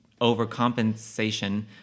overcompensation